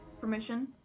permission